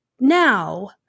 Now